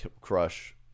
crush